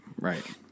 right